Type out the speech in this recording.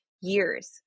years